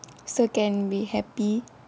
so can be happy